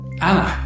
Anna